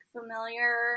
familiar